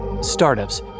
Startups